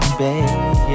baby